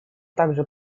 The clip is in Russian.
также